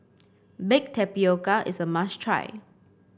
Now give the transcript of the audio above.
Baked Tapioca is a must try